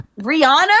Rihanna